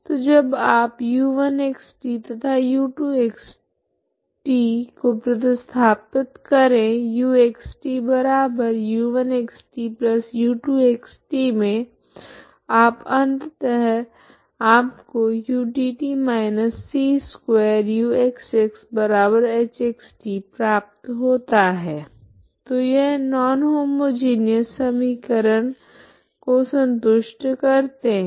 तो जब आप u1xt तथा u2xt को प्रतिस्थापित करे uxtu1 x t u2xt मे आप अंततः आपको utt−c2uxxhxt प्राप्त होता है तो यह नॉन होमोजिनिऔस समीकरण हो संतुष्ट करते है